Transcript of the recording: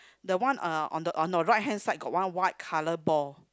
the one uh on the on the right hand side got one white colour ball